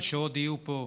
ושעוד יהיו פה,